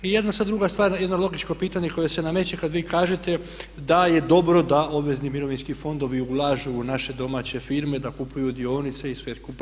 I jedna sad druga stvar, jedno logičko pitanje koje se nameće kad vi kažete da je dobro da obvezni mirovinski fondovi ulažu u naše domaće firme, da kupuju dionice i sve skupa.